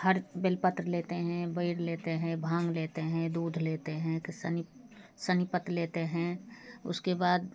हर बेलपत्र लेते हैं बैर लेते हैं भांग लेते हैं दूध लेते हैं कि शनि शनिपत लेते हैं उसके बाद